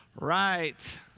Right